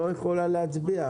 אנחנו עוברים לסעיף הבא.